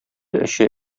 эче